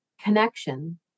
connection